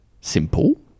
simple